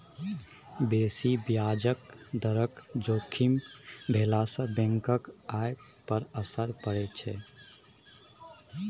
बेसी ब्याज दरक जोखिम भेलासँ बैंकक आय पर असर पड़ैत छै